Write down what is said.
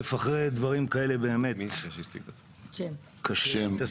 אני לא